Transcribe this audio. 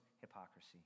hypocrisy